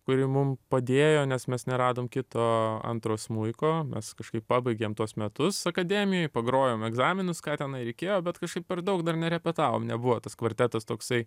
kuri mum padėjo nes mes neradom kito antro smuiko mes kažkaip pabaigėm tuos metus akademijoj pagrojom egzaminus ką tenai reikėjo bet kažkaip per daug dar nerepetavom nebuvo tas kvartetas toksai